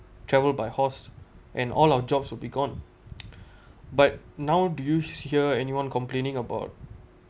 travel by horse and all our jobs would be gone but now do you hear anyone complaining about